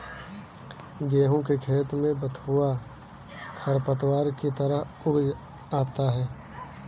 गेहूँ के खेत में बथुआ खरपतवार की तरह उग आता है